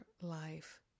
life